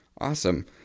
Awesome